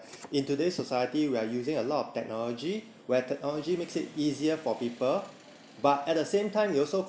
in today's society we are using a lot of technology where technology makes it easier for people but at the same time you also